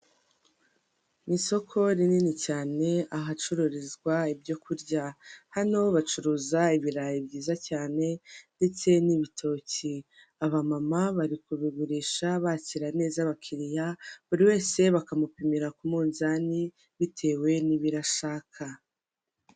Ni isoko rinini cyane ahacururizwa ibyo kurya, hano bacuruza ibirayi byiza cyane ndetse n'ibitoki, aba mama bari kubigurisha bakira neza abakiriya buri wese bakamupimira ku munzani bitewe n'ibiro ashaka.